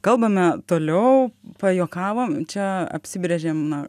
kalbame toliau pajuokavom čia apsibrėžėm na